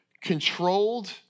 controlled